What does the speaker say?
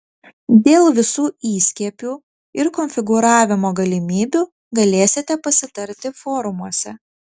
dėl visų įskiepių ir konfigūravimo galimybių galėsite pasitarti forumuose